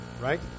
right